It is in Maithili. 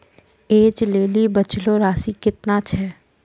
ऐज लेली बचलो राशि केतना छै?